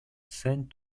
sent